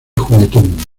juguetón